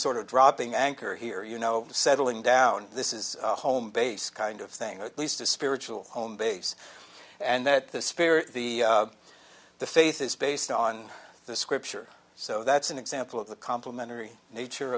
sort of dropping anchor here you know settling down this is a home base kind of thing or at least a spiritual home base and that the spirit the the faith is based on the scripture so that's an example of the complimentary nature